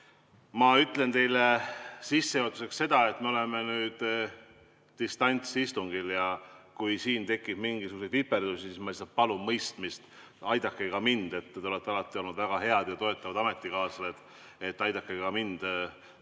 ma ütlen teile sissejuhatuseks seda, et me oleme nüüd distantsistungil ja kui siin tekib mingisuguseid viperusi, siis ma lihtsalt palun mõistmist. Aidake ka mind, te olete alati olnud väga head ja toetavad ametikaaslased, nii et aidake ka mul selle